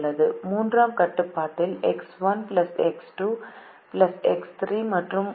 மூன்றாவது கட்டுப்பாட்டில் x 1 x 2 x 3 மற்றும் மற்றொரு ஒய் 1 ஆகியவை 3 நாட்கள் தேவை